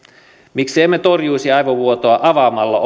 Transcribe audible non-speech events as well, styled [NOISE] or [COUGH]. miksi emme torjuisi aivovuotoa avaamalla [UNINTELLIGIBLE]